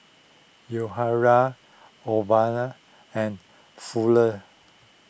Yahaira and Fuller